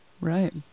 Right